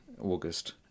August